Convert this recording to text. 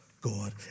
God